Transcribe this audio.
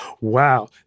wow